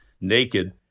naked